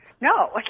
No